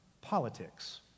politics